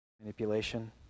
manipulation